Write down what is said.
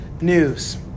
news